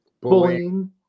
bullying